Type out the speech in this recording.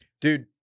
Dude